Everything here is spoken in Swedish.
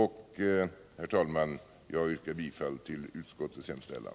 Herr talman! Jag yrkar bifall till utskottets hemställan.